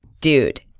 dude